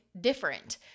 different